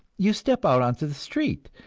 you step out onto the street,